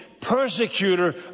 persecutor